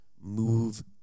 move